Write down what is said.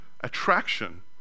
attraction